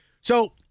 So-